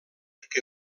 que